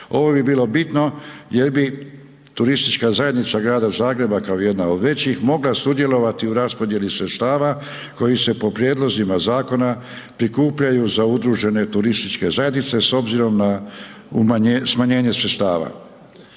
Ovo bi bilo bitno jer bi turistička zajednica Grada Zagreba kao jedna od većih mogla sudjelovati u raspodjeli sredstava koji se po prijedlozima zakona prikupljaju za udružene turističke zajednice s obzirom na smanjenje sredstava.